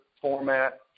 format